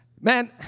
Man